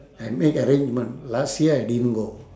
I make arrangement last year I didn't go